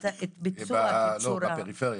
לא, בפריפריה.